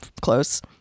close